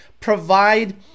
provide